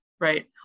Right